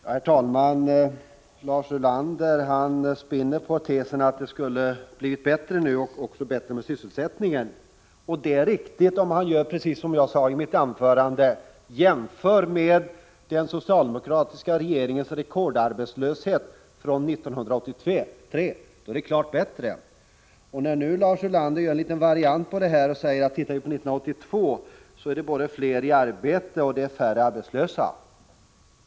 Herr talman! Lars Ulander spinner på tesen att det skulle bli bättre nu, också med sysselsättningen. Det är riktigt om man gör så som jag sade i mitt anförande, dvs. jämför med den socialdemokratiska regeringens rekordarbetslöshet från 1983. Då blir det nu klart bättre. Lars Ulander gör en liten variant på temat genom att jämföra med 1982 och kommer fram till att det är både fler i arbete och färre arbetslösa.